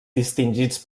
distingits